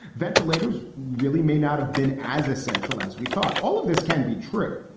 ventilators really may not have been as essential as we thought. all of this can be true.